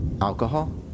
Alcohol